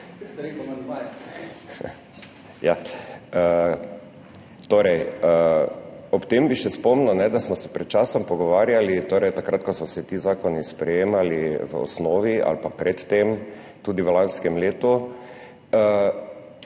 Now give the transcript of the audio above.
Ob tem bi še spomnil, da smo se pred časom pogovarjali, torej takrat, ko so se ti zakoni sprejemali v osnovi ali pa pred tem, tudi v lanskem letu,